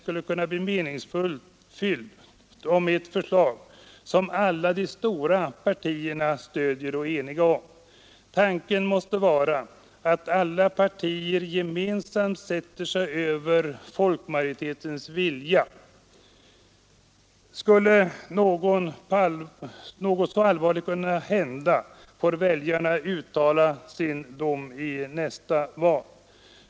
Jag kan inte se hur en folkomröstning om ett förslag som alla de stora partierna stöder och är eniga om skulle kunna bli meningsfull. Tanken måste vara att alla partier gemensamt sätter sig över folkmajoritetens vilja. Skulle något så alvarligt hända får väljarna uttala sin dom i nästa val.